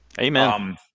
Amen